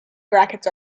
brackets